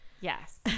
Yes